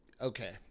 okay